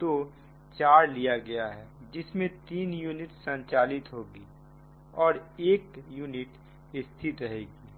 तो 4 लिया गया है जिसमें तीन यूनिट संचालित होंगी और एक यूनिट स्थिर रहेंगी